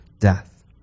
death